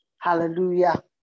Hallelujah